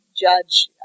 judge